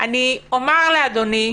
אני אומר לאדוני: